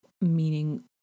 meaning